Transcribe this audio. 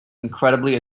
incredibly